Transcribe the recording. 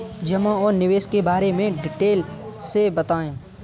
जमा और निवेश के बारे में डिटेल से बताएँ?